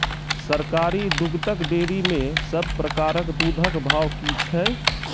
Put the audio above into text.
सरकारी दुग्धक डेयरी मे सब प्रकारक दूधक भाव की छै?